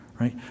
right